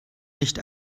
nicht